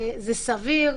זה סביר.